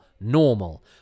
normal